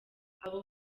abo